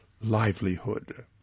livelihood